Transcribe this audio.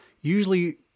usually